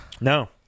No